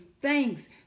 thanks